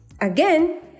again